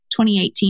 2018